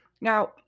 Now